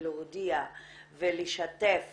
להודיע ולשתף